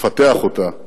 לפתח אותה,